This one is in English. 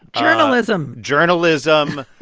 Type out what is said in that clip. journalism. journalism,